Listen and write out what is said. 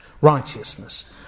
righteousness